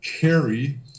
carry